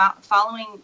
following